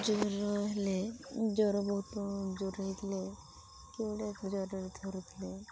ଜ୍ୱର ହେଲେ ଜ୍ୱର ବହୁତ ଜୋରରେ ହେଇଥିଲେ କିଏ ଗୋଟେ ଜ୍ୱରରେ ଥରୁଥିଲେ